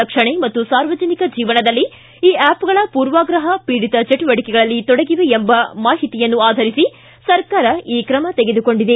ರಕ್ಷಣೆ ಮತ್ತು ಸಾರ್ವಜನಿಕ ಜೀವನದಲ್ಲಿ ಈ ಆಪ್ಟ್ಗಳು ಪೂರ್ವಾಗ್ರಹ ಪೀಡಿತ ಚಟುವಟಿಕೆಗಳಲ್ಲಿ ತೊಡಗಿವೆ ಎಂಬ ಮಾಹಿತಿಯನ್ನು ಆಧರಿಸಿ ಸರ್ಕಾರ ಈ ಕ್ರಮ ತೆಗೆದುಕೊಂಡಿದೆ